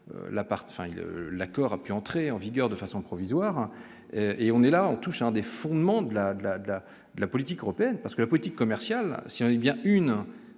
l'accord a pu entrer en vigueur, de façon provisoire et on est là, on touche à un des fondements de la de la de la de la politique européenne parce que la politique commerciale, si on est bien une